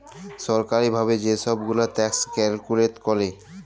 ছরকারি ভাবে যে ছব গুলা ট্যাক্স ক্যালকুলেট ক্যরে